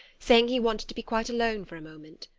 saying he wanted to be quite alone for a moment.